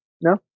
no